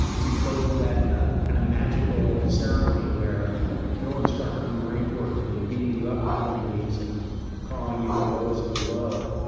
and you go through that ah kind of magical ceremony where the drill instructor from the marine corps has been beating you up for twenty weeks and calling you the lowest of the low,